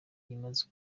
yamaze